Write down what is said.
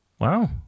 Wow